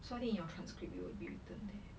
so I think in your transcript it will be written there